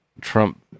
Trump